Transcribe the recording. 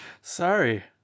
Sorry